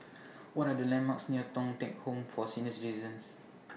What Are The landmarks near Thong Teck Home For Senior Citizens